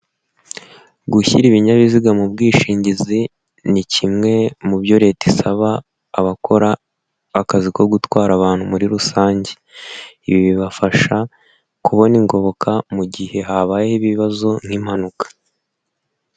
Gushyira ibinyabiziga mu bwishingizi ni kimwe mu byo Leta isaba abakora akazi ko gutwara abantu muri rusange, ibi bibafasha kubona ingoboka mu gihe habayeho ibibazo nk'impanuka.